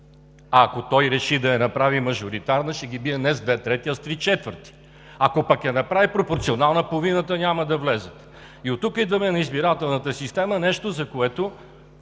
А ако той реши да я направи мажоритарна, ще ги бие не с две трети, а с три четвърти. Ако пък я направи пропорционална, половината няма да влязат. И оттук идваме на избирателната система – нещо, за което